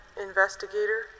investigator